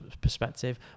perspective